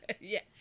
Yes